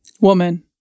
Woman